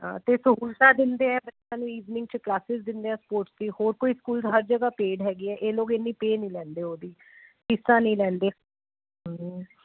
ਹਾਂ ਤੇ ਸਹੂਲਤਾਂ ਦਿੰਦੇ ਆ ਬੱਚਿਆਂ ਲਈ ਈਵਨਿੰਗ ਚ ਕਲਾਸਿਸ ਦਿੰਦੇ ਆ ਸਪੋਰਟਸ ਦੀ ਹੋਰ ਕੋਈ ਸਕੂਲ ਹਰ ਜਗਾ ਪੇਡ ਹੈਗੀ ਆ ਇਹ ਲੋਕ ਇਨੀ ਪੇ ਨਹੀਂ ਲੈਂਦੇ ਉਹਦੀ ਫੀਸਾਂ ਨਹੀਂ ਲੈਂਦੇ